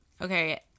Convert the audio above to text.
okay